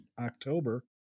october